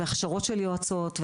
הכשרות של יועצות,